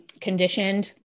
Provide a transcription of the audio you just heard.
conditioned